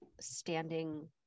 standing